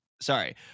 sorry